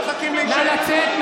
נא לצאת.